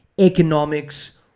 economics